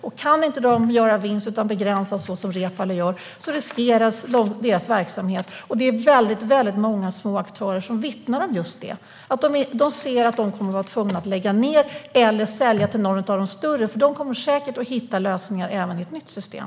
Om de inte kan göra vinst utan begränsas så som Reepalu föreslår riskeras deras verksamhet, och det är väldigt många små aktörer som vittnar om just det. De ser att de kommer att vara tvungna att lägga ned - eller sälja till någon av de större aktörerna, för dessa kommer säkert att hitta lösningar även i ett nytt system.